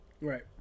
Right